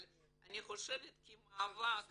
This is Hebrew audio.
אבל אני חושבת כמאבק